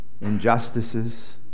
injustices